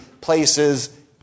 places